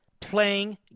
playing